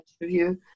interview